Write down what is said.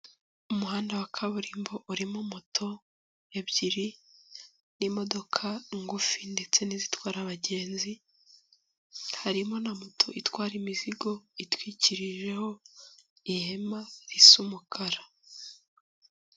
Umuhanda wa kaburimbo urimo moto ebyiri n'imodoka ngufi ndetse n'izitwara abagenzi, harimo na moto itwara imizigo itwikirijeho ihema risa umukara.